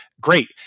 Great